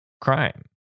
crime